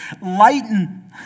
Lighten